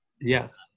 Yes